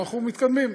אנחנו מתקדמים.